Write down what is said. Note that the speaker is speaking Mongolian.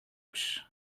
биш